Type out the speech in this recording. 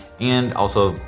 and also,